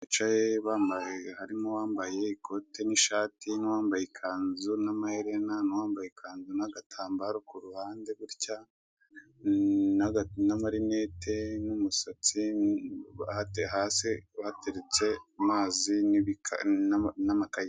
Abantu bicaye harimo uwa mbaye ikote ni ishati nu uwa mbaye n'amaherena n'uwa mbaye nagatambaro kuruhande n'amarimete. Hirya hateretse amazi n'amakayi.